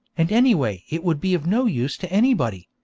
and anyway it would be of no use to anybody